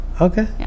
okay